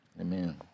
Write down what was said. Amen